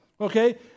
Okay